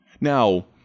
Now